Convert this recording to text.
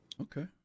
Okay